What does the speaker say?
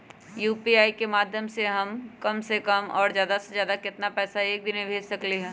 UPI के माध्यम से हम कम से कम और ज्यादा से ज्यादा केतना पैसा एक दिन में भेज सकलियै ह?